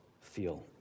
feel